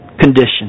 condition